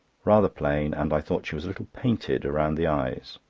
rather plain, and i thought she was a little painted round the eyes.